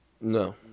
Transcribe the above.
No